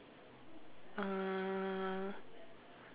uh